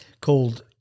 called